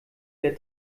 der